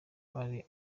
ari